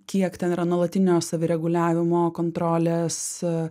kiek ten yra nuolatinio savireguliavimo kontrolės